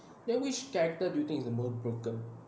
then which character do you think is the more broken